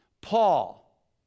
Paul